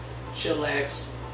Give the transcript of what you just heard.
chillax